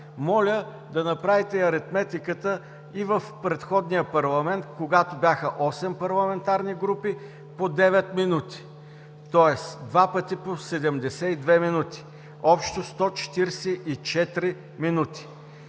моля да направите аритметиката и в предходния парламент, когато бяха осем парламентарни групи по 9 минути, тоест два пъти по 72 минути, общо 144 минути.